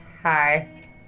Hi